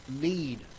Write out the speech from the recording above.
need